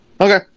Okay